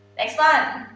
next one,